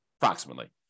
approximately